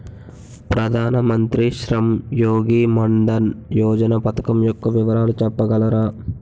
ప్రధాన మంత్రి శ్రమ్ యోగి మన్ధన్ యోజన పథకం యెక్క వివరాలు చెప్పగలరా?